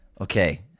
Okay